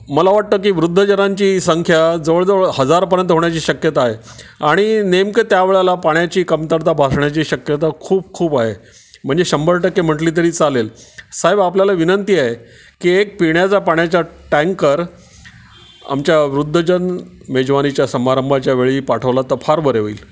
मला वाटतं की वृद्धजनांची संख्या जवळजवळ हजारपर्यंत होण्याची शक्यता आहे आणि नेमकं त्या वेळेला पाण्याची कमतरता भासण्याची शक्यता खूप खूप आहे म्हणजे शंभर टक्के म्हटली तरी चालेल साहेब आपल्याला विनंती आहे की एक पिण्याचा पाण्याचा टँकर आमच्या वृद्धजन मेजवानीच्या समारंभाच्या वेळी पाठवला तर फार बरे होईल